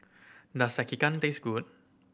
does Sekihan taste good